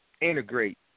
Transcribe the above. integrate